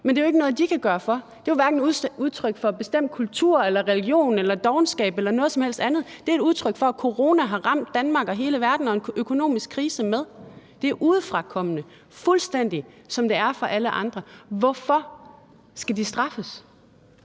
men det er jo ikke noget, de kan gøre for. Det er jo hverken udtryk for en bestemt kultur eller religion eller for dovenskab eller noget som helst andet. Det er et udtryk for, at corona har ramt Danmark og hele verden og har medført en økonomisk krise. Det er udefrakommende, fuldstændig som det er for alle andre. Hvorfor skal de straffes?